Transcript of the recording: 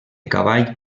cavall